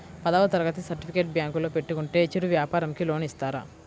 పదవ తరగతి సర్టిఫికేట్ బ్యాంకులో పెట్టుకుంటే చిరు వ్యాపారంకి లోన్ ఇస్తారా?